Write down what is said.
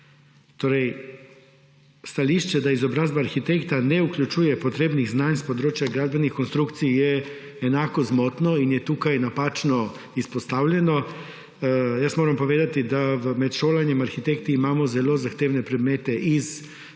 Torej, stališče, da izobrazba arhitekta ne vključuje potrebnih znanj s področja gradbenih konstrukcij, je enako zmotno in je tukaj napačno izpostavljeno. Povedati moram, da med šolanjem arhitekti imamo zelo zahtevne predmete iz